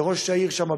ראש העיר שם,